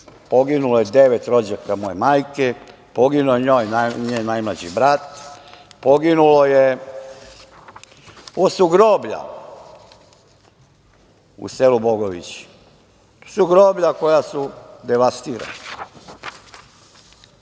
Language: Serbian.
poginulo je devet rođaka moje majke, poginuo je njen najmlađi brat. Ovo su groblja u selu Bogovići. To su groblja koja su devastirana.